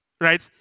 Right